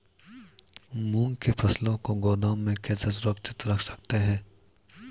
मूंग की फसल को गोदाम में कैसे सुरक्षित रख सकते हैं?